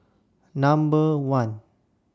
Number one